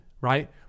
right